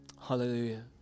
Hallelujah